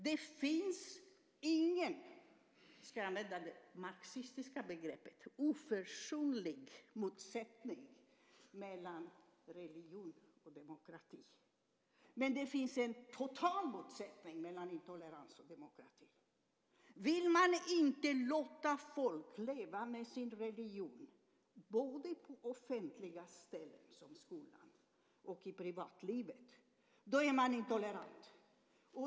Det finns ingen - för att använda ett marxistiskt begrepp - oförsonlig motsättning mellan religion och demokrati. Däremot finns det en total motsättning mellan intolerans och demokrati. Vill man inte låta människor leva med sin religion både på offentliga ställen, till exempel i skolan, och i privatlivet är man intolerant.